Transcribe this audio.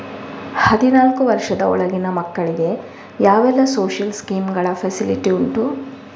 ಹದಿನಾಲ್ಕು ವರ್ಷದ ಒಳಗಿನ ಮಕ್ಕಳಿಗೆ ಯಾವೆಲ್ಲ ಸೋಶಿಯಲ್ ಸ್ಕೀಂಗಳ ಫೆಸಿಲಿಟಿ ಉಂಟು?